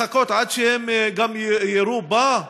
לחכות עד שהם יירו גם בה?